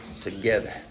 together